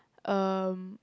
um